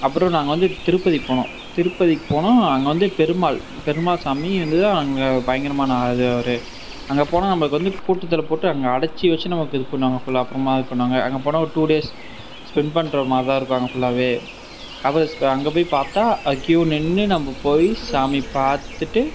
அப்புறோம் நாங்கள் வந்து திருப்பதி போனோம் திருப்பதி போனோம் அங்கே வந்து பெருமாள் பெருமாள் சாமி வந்து தான் அங்கே பயங்கரமான அது அவர் அங்கே போனால் நம்மளுக்கு வந்து கூட்டத்தில் போட்டு நம்மள அடைச்சி வச்சு நமக்கு இது பண்ணுவாங்க ஃபுல்லாக அப்புறமா இது பண்ணுவாங்க அங்கே போனால் ஒரு டூ டேஸ் ஸ்பெண்ட் பண்ணுற மாதிரி தான் இருக்கும் அங்கே ஃபுல்லாவே அங்கே போய் பார்த்தா அது க்யூ நின்று நம்ம போய் சாமி பார்த்துட்டு